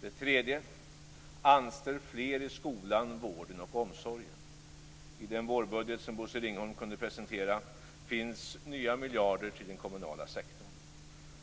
Den tredje punkten var: Anställ fler i skolan, vården och omsorgen! - I den vårbudget som Bosse Ringholm kunde presentera finns nya miljarder till den kommunala sektorn.